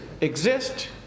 exist